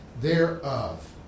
thereof